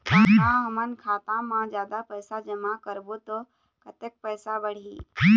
का हमन खाता मा जादा पैसा जमा करबो ता कतेक पैसा बढ़ही?